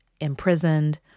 imprisoned